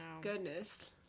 Goodness